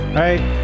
right